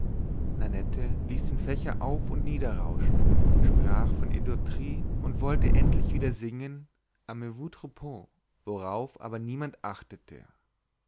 nannette ließ den fächer auf und niederrauschen sprach von etourderie und wollte endlich wieder singen amenez vos troupeaux worauf aber niemand achtete